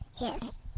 Yes